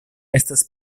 estas